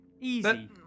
easy